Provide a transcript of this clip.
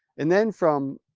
and then from